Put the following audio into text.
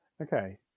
okay